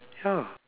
how